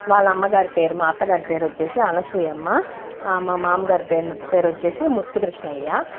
వాళ్ళ అమ్మ గారి పేరు మా అత్తగారి పేరు వచ్చేసి అనసూయమ్మ మా మామగారి పేరు పేరు వచ్చేసి ముత్తు కృష్ణయ్య